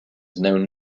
known